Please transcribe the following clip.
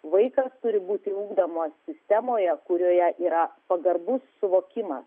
vaikas turi būti ugdomas sistemoje kurioje yra pagarbus suvokimas